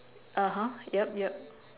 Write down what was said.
(uh huh) yup yup